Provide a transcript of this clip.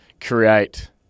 create